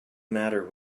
matter